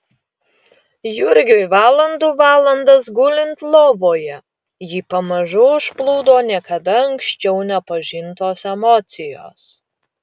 jurgiui valandų valandas gulint lovoje jį pamažu užplūdo niekada anksčiau nepažintos emocijos